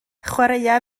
chwaraea